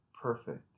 perfect